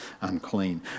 unclean